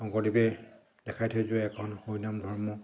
শংকৰদেৱে দেখাই থৈ যোৱা একশৰণ হৰি নামধৰ্ম